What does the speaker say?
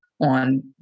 on